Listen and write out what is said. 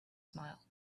smiled